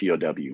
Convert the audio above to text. POW